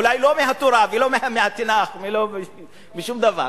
אולי זה לא מהתורה ולא מהתנ"ך ולא משום דבר,